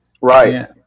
Right